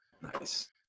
Nice